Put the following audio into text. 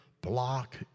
block